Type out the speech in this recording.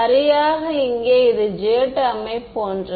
சரியாக இங்கே இது J டெர்மை போன்றது